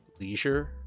leisure